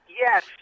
Yes